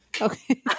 Okay